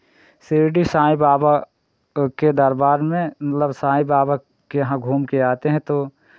शिरडी साईं बाबा के दरबार में मतलब साईं बाबा के यहाँ घूम के आते हैं तो